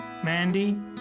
Mandy